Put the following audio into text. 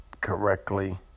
correctly